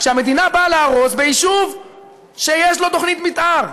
כשהמדינה באה להרוס ביישוב שיש לו תוכנית מתאר,